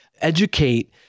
educate